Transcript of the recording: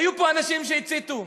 היו פה אנשים שהציתו,